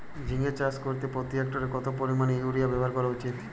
ঝিঙে চাষ করতে প্রতি হেক্টরে কত পরিমান ইউরিয়া ব্যবহার করা উচিৎ?